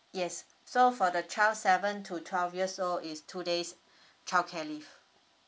yes so for the child seven to twelve years old is two days childcare leave